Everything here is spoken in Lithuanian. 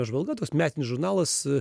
apžvalga toks metinis žurnalas